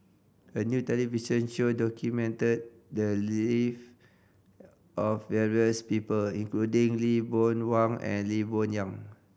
a new television show documented the live of various people including Lee Boon Wang and Lee Boon Yang